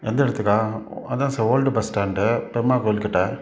எந்த இடத்துக்கா அதுதான் sir old bus stand Perumal கோயில் கிட்டே